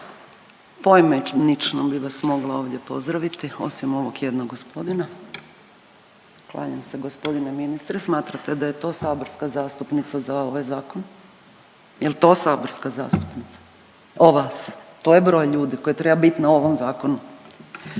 poimenično bih vas mogla ovdje pozdraviti osim ovog jednog gospodina, klanjam se gospodine ministre smatrate da je to saborska zastupnica za ovaj zakon. Jel to saborska zastupnica? …/Govornica se ne razumije./… to je broj ljudi koji treba biti na ovom zakonu.